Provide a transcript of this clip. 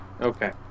Okay